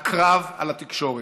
הקרב על התקשורת,